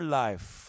life